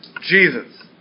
Jesus